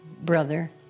brother